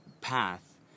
path